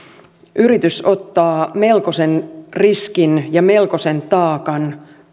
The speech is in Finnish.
yritys ottaa melkoisen riskin ja melkoisen taakan